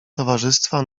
towarzystwa